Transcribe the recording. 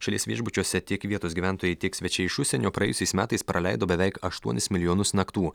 šalies viešbučiuose tiek vietos gyventojai tiek svečiai iš užsienio praėjusiais metais praleido beveik aštuonis milijonus naktų